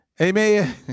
Amen